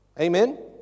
Amen